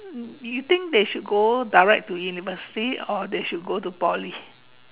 you think they should go direct to university or they should go direct to Poly